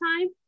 time